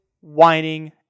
whining